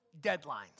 deadlines